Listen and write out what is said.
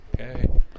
Okay